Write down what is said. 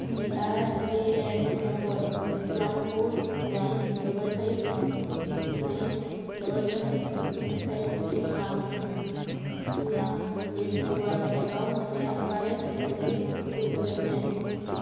P R A N number one four nine double five six nine double seven six five three ᱥᱟᱶ ᱤᱧᱟᱹᱜ A P Y account ᱨᱮᱭᱟᱜ current holding ᱩᱫᱩᱜ ᱟᱹᱧᱢᱮ